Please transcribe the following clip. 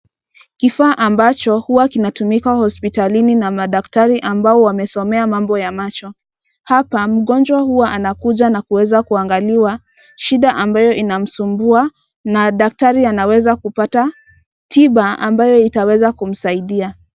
Kifaa ambacho huwa kinatumika hospitalini na madaktari ambao wamesomea mambo ya macho. Hapa mgonjwa huwa anakuja na kuweza kuangaliwa, shida ambayo inamsumbua, na daktari anawezakupata tiba ambayo itaweza kumsaidia.